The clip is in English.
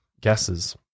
guesses